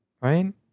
Right